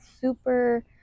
super